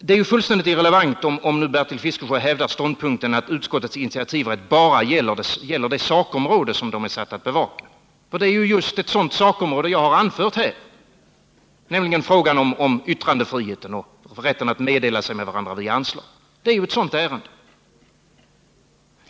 Det är ju fullständigt irrelevant om nu Bertil Fiskesjö hävdar ståndpunkten att utskottens initiativrätt bara gäller det sakområde som de är satta att bevaka, för det är just ett sådant sakområde som jag har anfört här, nämligen frågan om yttrandefriheten och rätten att meddela sig med varandra via anslag. Det är ett sådant ärende.